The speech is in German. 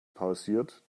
pausiert